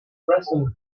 present